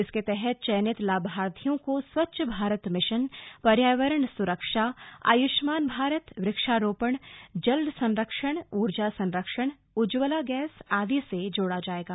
इसके तहत चयनीत लाभर्थियों को स्वच्छ भारत मिशन पर्यावरण सुरक्षा आयुष्मान भारत वृक्षरोपण जल संरक्षण ऊर्जा संरक्षण उज्ज्वला गैस आदि से जोड़ा जाएगा